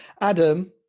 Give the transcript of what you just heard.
Adam